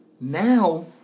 now